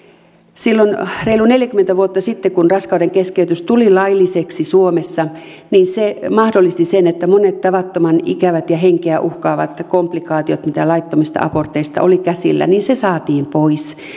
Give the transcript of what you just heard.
silloin reilut neljäkymmentä vuotta sitten kun raskaudenkeskeytys tuli lailliseksi suomessa se mahdollisti sen että monet tavattoman ikävät ja henkeä uhkaavat komplikaatiot mitä laittomista aborteista oli käsillä saatiin pois